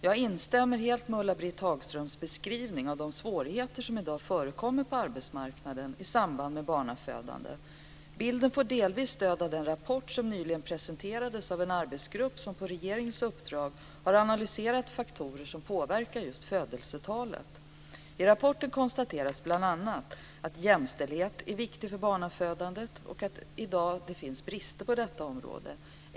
Jag instämmer helt i Ulla-Britt Hagströms beskrivning av de svårigheter som i dag förekommer på arbetsmarknaden i samband med barnafödande. Bilden får delvis stöd av den rapport som nyligen presenterades av en arbetsgrupp som på regeringens uppdrag har analyserat faktorer som påverkar födelsetalet. I rapporten konstateras bl.a. att jämställdhet är viktig för barnafödandet och att det i dag finns brister i jämställdheten.